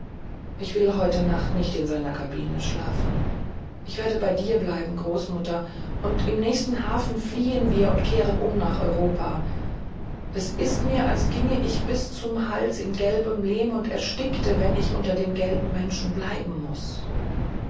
ich will heute nacht nicht in seiner kabine schlafen ich werde bei dir bleiben großmutter und im nächsten hafen fliehen wir und kehren um nach europa es ist mir als ginge ich bis zum hals im gelben lehm und erstickte wenn ich unter den gelben menschen bleiben muß